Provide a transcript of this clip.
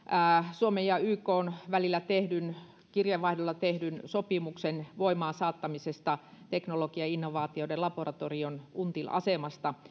suomen ja ykn välillä kirjeenvaihdolla tehdyn sopimuksen voimaansaattamisesta teknologiainnovaatioiden laboratorion untilin asemasta